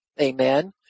Amen